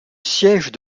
siège